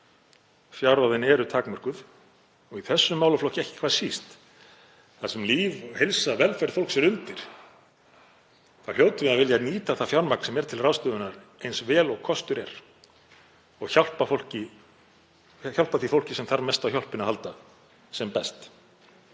fjárráðin eru takmörkuð. Í þessum málaflokki ekki hvað síst, þar sem líf, heilsa og velferð fólks er undir, hljótum við að vilja nýta það fjármagn sem er til ráðstöfunar eins vel og kostur er og hjálpa því fólki sem best sem mest þarf á hjálpinni að halda.